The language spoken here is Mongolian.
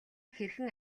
хэрхэн